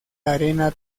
arena